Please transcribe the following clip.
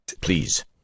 Please